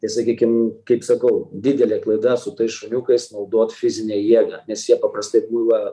tai sakykim kaip sakau didelė klaida su tais šuniukais naudot fizinę jėgą nes jie paprastai buvę